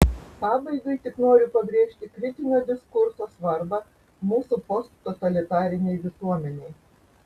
pabaigai tik noriu pabrėžti kritinio diskurso svarbą mūsų posttotalitarinei visuomenei